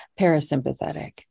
parasympathetic